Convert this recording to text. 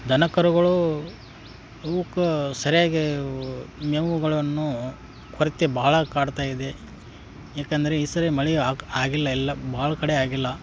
ದನ ಕರುಗಳು ಅವ್ಕೆ ಸರಿಯಾಗಿ ಮೇವುಗಳನ್ನು ಕೊರತೆ ಬಹಳ ಕಾಡ್ತಾಯಿದೆ ಏಕಂದ್ರೆ ಈ ಸಾರಿ ಮಳೆ ಆಕ್ ಆಗಿಲ್ಲ ಎಲ್ಲ ಭಾಳ ಕಡೆ ಆಗಿಲ್ಲ